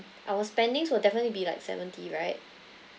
our spendings will definitely be like seventy right